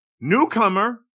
newcomer